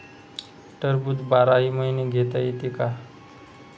टरबूज बाराही महिने घेता येते का?